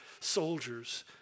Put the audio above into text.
soldiers